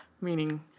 meaning